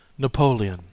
Napoleon